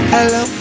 Hello